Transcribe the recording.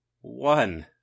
one